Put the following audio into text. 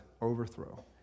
overthrow